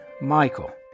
Michael